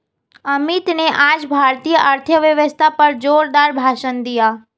अमित ने आज भारतीय अर्थव्यवस्था पर जोरदार भाषण दिया